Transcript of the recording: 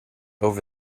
over